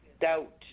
doubt